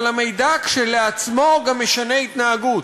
אבל המידע כשלעצמו גם משנה התנהגות.